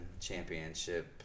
championship